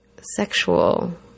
sexual